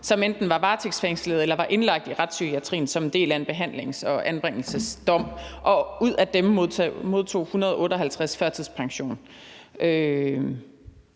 som enten var varetægtsfængslet eller var indlagt i retspsykiatrien som en del af en behandlings- og anbringelsesdom, og ud af dem modtog 158 førtidspension.